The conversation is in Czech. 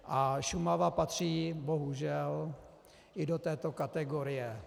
A Šumava patří bohužel i do této kategorie.